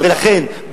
לכן,